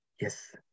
Yes